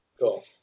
Cool